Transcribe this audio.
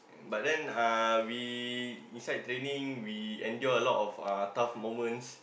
but then uh we inside training we endure a lot of uh tough moments